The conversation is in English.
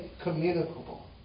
communicable